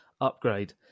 upgrade